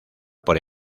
por